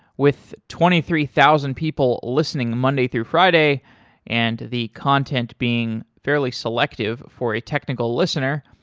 with twenty three thousand people listening monday through friday and the content being fairly selective for a technical listener,